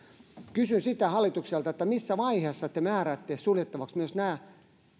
kysyn hallitukselta missä vaiheessa te määräätte suljettavaksi myös nämä